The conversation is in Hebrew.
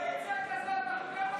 זה היה הדבר הכי הזוי, קואליציה כזאת,